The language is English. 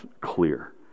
clear